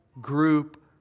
group